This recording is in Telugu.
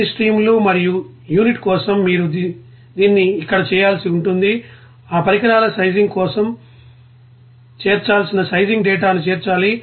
అన్ని స్ట్రీమ్లు మరియు యూనిట్ కోసం మీరు దీన్ని ఇక్కడ చేయాల్సి ఉంటుంది ఆ పరికరాల సైజింగ్ కోసం చేర్చాల్సిన సైజింగ్ డేటాను చేర్చాలి